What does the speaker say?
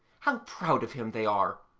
how proud of him they are!